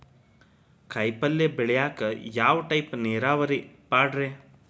ಕಾಯಿಪಲ್ಯ ಬೆಳಿಯಾಕ ಯಾವ ಟೈಪ್ ನೇರಾವರಿ ಪಾಡ್ರೇ?